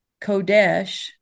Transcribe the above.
Kodesh